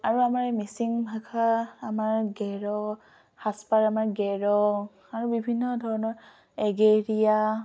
আৰু আমাৰ এই মিচিং ভাষা আমাৰ গেৰ' সাজপাৰ আমাৰ গেৰ' আৰু বিভিন্ন ধৰণৰ এগেৰিয়া